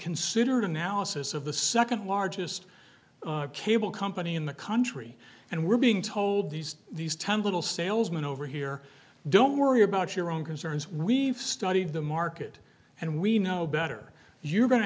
considered analysis of the second largest cable company in the country and we're being told these these ten little salesmen over here don't worry about your own concerns we've studied the market and we know better you're going to